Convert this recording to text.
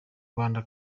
rwanda